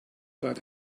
but